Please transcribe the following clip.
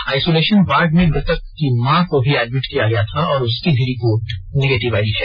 isolation ward में मृतक की मां को भी एडमिट किया गया था और उसकी भी रिपोर्ट नेगेटिव आई है